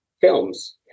films